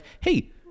Hey